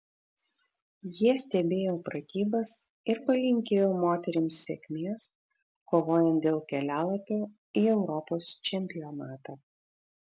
jie stebėjo pratybas ir palinkėjo moterims sėkmės kovojant dėl kelialapio į europos čempionatą